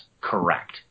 correct